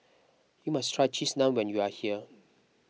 you must try Cheese Naan when you are here